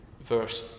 verse